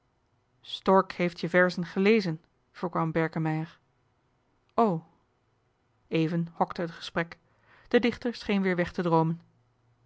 heeft je verzen gelezen voorkwam berkemeier even hokte het gesprek de dichter scheen weer weg te droomen